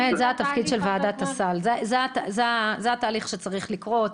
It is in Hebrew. זה התהליך שצריך לקרות.